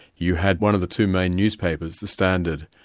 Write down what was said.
you had one of the two main newspapers, the standard,